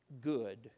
good